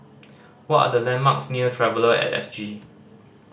what are the landmarks near Traveller At S G